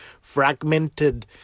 fragmented